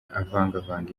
avangavanga